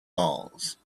falls